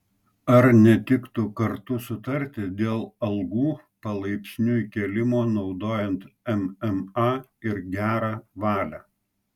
ar netiktų kartu sutarti dėl algų palaipsniui kėlimo naudojant mma ir gerą valią